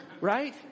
Right